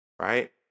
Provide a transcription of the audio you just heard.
Right